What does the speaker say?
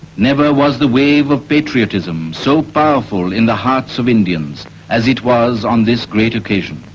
never was the wave of patriotism so powerful in the hearts of indians as it was on this great occasion.